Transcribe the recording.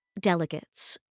delegates